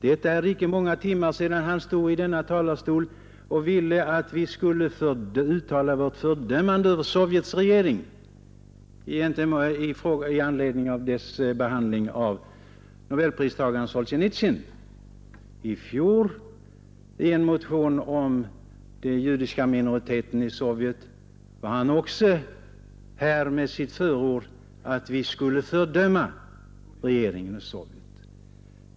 Det är icke många timmar sedan han stod i denna talarstol och ville att vi skulle uttala vårt fördömande över Sovjets regering med anledning av dess behandling av nobelpristagaren Solzjenitsyn. I fjol förordade herr Ahlmark i en motion om den judiska minoriteten i Sovjet att vi skulle fördöma regeringen i Sovjet.